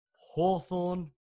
Hawthorne